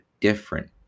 different